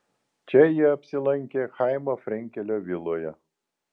čia jie apsilankė chaimo frenkelio viloje